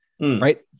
Right